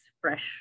fresh